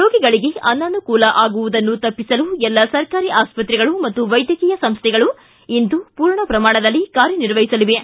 ರೋಗಿಗಳಿಗೆ ಅನಾನುಕೂಲ ಆಗುವುದನ್ನು ತಪ್ಪಿಸಲು ಎಲ್ಲ ಸರ್ಕಾರಿ ಆಸ್ಪತ್ರೆಗಳು ಮತ್ತು ವೈದ್ಯಕೀಯ ಸಂಸ್ಥೆಗಳು ಇಂದು ಪೂರ್ಣ ಪ್ರಮಾಣದಲ್ಲಿ ಕಾರ್ಯನಿರ್ವಹಿಸಲಿವೆ